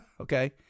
Okay